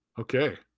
okay